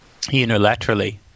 unilaterally